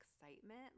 excitement